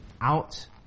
out